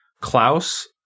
Klaus